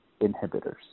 inhibitors